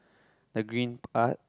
the green part